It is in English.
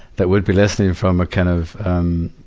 that would be listening from a kind of, um,